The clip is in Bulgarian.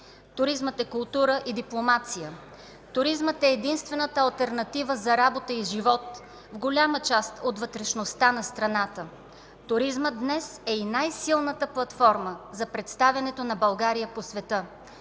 Туризмът е култура и дипломация. Туризмът е единствената алтернатива за работа и живот в голяма част от вътрешността на страната. Туризмът днес е и най-силната платформа за представянето на България по света.